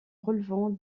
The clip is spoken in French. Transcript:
relevant